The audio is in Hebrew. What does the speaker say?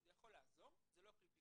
זה יכול לעזור אבל זה לא כלי פיקוח.